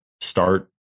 start